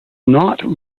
not